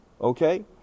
okay